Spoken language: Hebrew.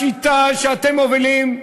בשיטה שאתם מובילים,